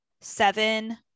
seven